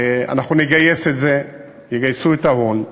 אנחנו נגייס את זה, יגייסו את ההון.